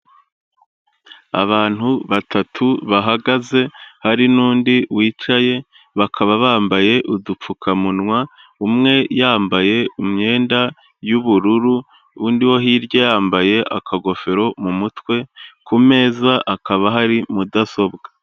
Abantu batatu bahagaze hari n'undi wicaye bakaba bambaye udupfukamunwa, umwe yambaye imyenda y'ubururu undi wo hirya yambaye akagofero mu mutwe ku meza hakaba hari mudasobwa.